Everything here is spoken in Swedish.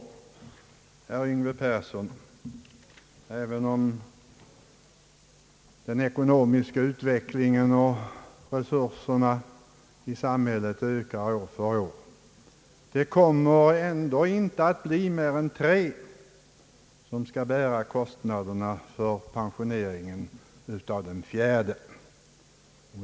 Herr Yngve Persson, även om vi har en ekonomisk utveckling och resurserna i samhället ökar år från år kommer det ändå inte att bli mer än tre som skall bära kostnaderna för pensioneringen av den fjärde.